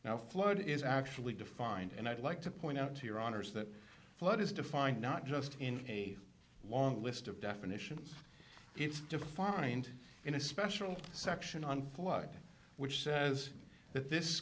now flood is actually defined and i'd like to point out to your honor's that flood is defined not just in a long list of definitions it's defined in a special section on flood which says that this